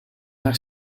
haar